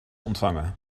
ontvangen